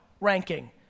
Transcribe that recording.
ranking